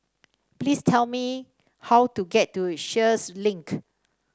please tell me how to get to Sheares Link